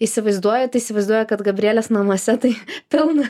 įsivaizduoja tai įsivaizduoja kad gabrielės namuose tai pilna